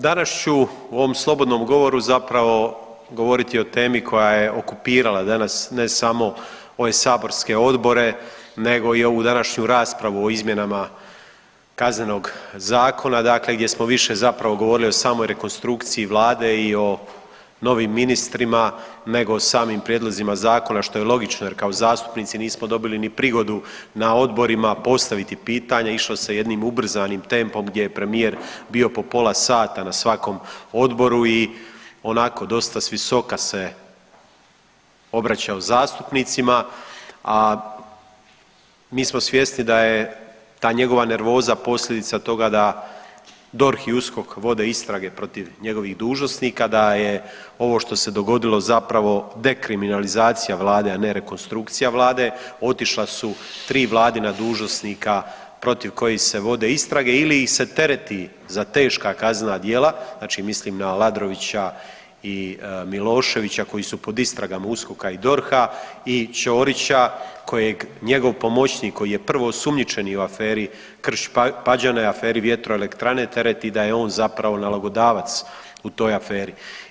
Danas ću u ovom slobodnom govoru zapravo govoriti o temi koja je okupirala danas ne samo ove saborske odbore nego i ovu današnju raspravu o izmjenama Kaznenog zakona dakle gdje smo više zapravo govorili o samoj rekonstrukciji vlade i o novim ministrima nego samim prijedlozima zakona što je logično jer kao zastupnici nismo dobili ni prigodu na odborima postaviti pitanje, išlo se jednim ubrzanim tempom gdje je premijer bio po pola sata na svakom odboru i onako dosta s visoka se obraćao zastupnicima, a mi smo svjesni da je ta njegova nervoza posljedica toga da DORH i USKOK vode istrage protiv njegovih dužnosnika, da je ovo što se dogodilo zapravo dekriminalizacija vlade, a ne rekonstrukcija vlade, otišla su tri vladina dužnosnika protiv kojih se vode istrage ili ih se tereti za teška kaznena djela znači mislim na Aladrovića i Miloševića koji su pod istragama USKOK-a i DORH-a i Ćorića kojeg njegov pomoćnik koji je prvoosumnjičeni u aferi Krš-Pađene u aferi vjetroelektrane tereti da je on zapravo nalogodavac u toj aferi.